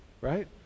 right